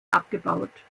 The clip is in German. abgebaut